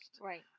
right